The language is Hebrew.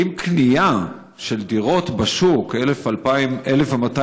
האם קנייה של דירות בשוק, 1,200 דירות,